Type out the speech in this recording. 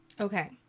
Okay